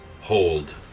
hold